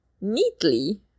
neatly